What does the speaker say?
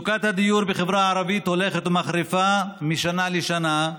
מצוקת הדיור בחברה הערבית הולכת ומחריפה משנה לשנה,